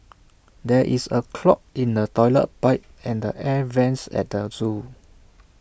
there is A clog in the Toilet Pipe and the air Vents at the Zoo